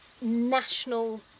national